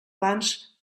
abans